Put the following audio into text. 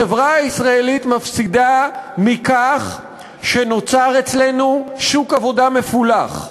החברה הישראלית מפסידה מכך שנוצר אצלנו שוק עבודה מפולח.